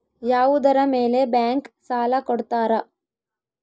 ಯಾವುದರ ಮೇಲೆ ಬ್ಯಾಂಕ್ ಸಾಲ ಕೊಡ್ತಾರ?